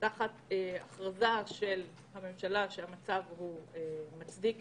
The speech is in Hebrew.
הכרזה של הממשלה על צורך בהפעלה מלאה של השירות.